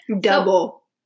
Double